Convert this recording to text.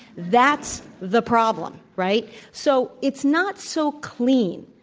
that's the problem, right? so it's not so clean,